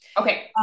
Okay